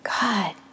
God